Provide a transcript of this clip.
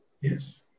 Yes